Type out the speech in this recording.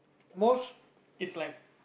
most is like